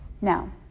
Now